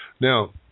Now